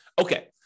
Okay